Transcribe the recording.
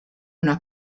una